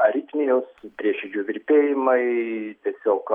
aritmijos prieširdžių virpėjimai tiesiog